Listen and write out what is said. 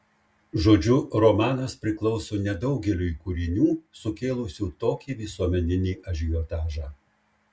žodžiu romanas priklauso nedaugeliui kūrinių sukėlusių tokį visuomeninį ažiotažą